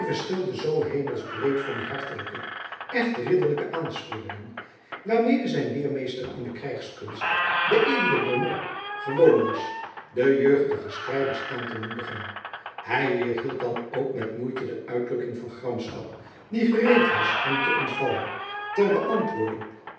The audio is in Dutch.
verschilde zoo hemelsbreed van die hartelijke echt ridderlijke aansporingen waarmede zijn leermeester in de krijgskunst de edele beaumont gewoon was de jeugdige strijders aan te moedigen hij weerhield dan ook met moeite de uitdrukking van gramschap die gereed was hem te ontvallen ter beantwoording